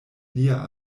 lia